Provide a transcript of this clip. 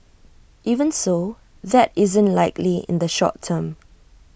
even so that isn't likely in the short term